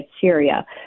Syria